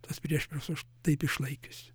tos priešpriesoš taip išlaikiusi